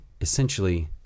essentially